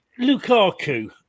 Lukaku